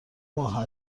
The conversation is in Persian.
ماه